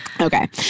okay